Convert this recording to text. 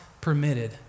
permitted